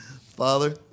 Father